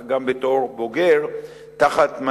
ואחר כך גם בתור בוגר,